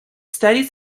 studies